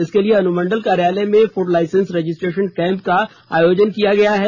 इसके लिए अनुमंडल कार्यालय में फूड लाइसेंस रजिस्ट्रेशन कैंप का आयोजन किया गया है